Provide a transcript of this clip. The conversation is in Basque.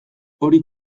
hori